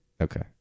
Okay